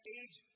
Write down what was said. age